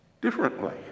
differently